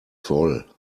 voll